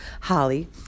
Holly